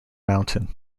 mountain